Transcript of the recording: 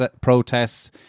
protests